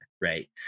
right